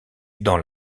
dans